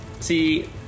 See